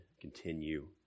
continue